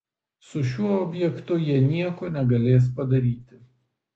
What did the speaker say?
su šiuo objektu jie nieko negalės padaryti